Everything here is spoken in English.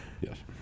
Yes